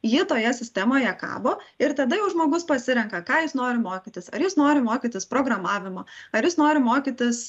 ji toje sistemoje kabo ir tada jau žmogus pasirenka ką jis nori mokytis ar jis nori mokytis programavimo ar jis nori mokytis